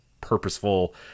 purposeful